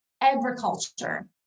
agriculture